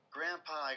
Grandpa